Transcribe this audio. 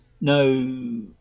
No